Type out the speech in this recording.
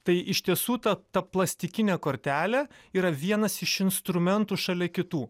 tai iš tiesų ta ta plastikinė kortelė yra vienas iš instrumentų šalia kitų